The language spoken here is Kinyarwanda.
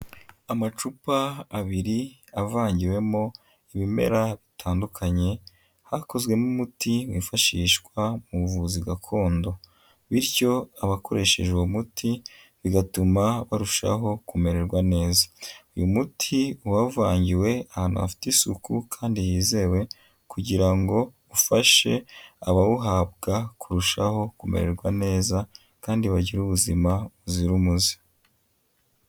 Amacupa abiri avangiwemo ibimera bitandukanye, hakozwemo umuti wifashishwa mu buvuzi gakondo, bityo abakoresheje uwo muti bigatuma barushaho kumererwa neza, uyu muti uba wavangiwe ahantu hafite isuku, kandi hizewe kugira ngo ufashe abawuhabwa kurushaho kumererwa neza, kandi bagire ubuzima buzira umuze.